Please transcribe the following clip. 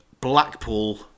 Blackpool